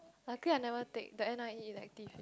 luckily I never take the N_I_E elective